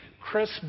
Chris